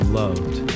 loved